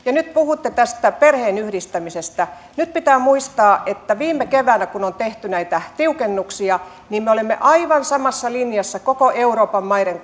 omatoimisesti nyt puhutte tästä perheenyhdistämisestä ja nyt pitää muistaa että viime keväänä kun tehtiin näitä tiukennuksia me olimme aivan samassa linjassa koko euroopan maiden